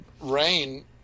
rain